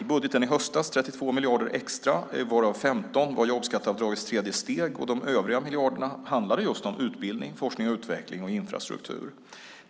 Budgeten i höstas innebar 32 miljarder extra varav 15 miljarder var jobbskatteavdragets tredje steg. De övriga miljarderna handlade just om utbildning, forskning och utveckling och infrastruktur.